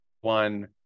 one